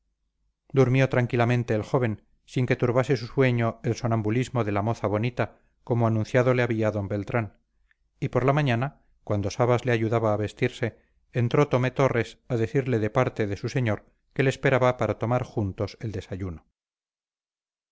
durmió tranquilamente el joven sin que turbase su sueño el sonambulismo de la moza bonita como anunciado le había d beltrán y por la mañana cuando sabas le ayudaba a vestirse entró tomé torres a decirle de parte de su señor que le esperaba para tomar juntos el desayuno